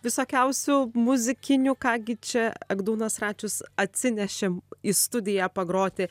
visokiausių muzikinių ką gi čia egdūnas račius atsinešė į studiją pagroti